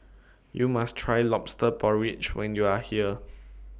YOU must Try Lobster Porridge when YOU Are here